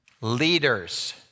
leaders